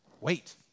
Wait